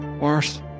worse